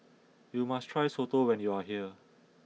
you must try Soto when you are here